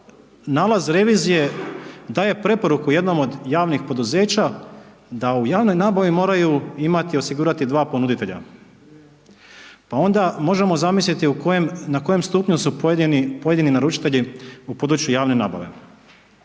nalaz revizije daje preporuku jednom od javnih poduzeća da u javnoj nabavi moraju imati osigurati dva ponuditelja, pa onda možemo zamisliti u kojem, na kojem stupnju su pojedini, pojedini naručitelji u području javne nabave.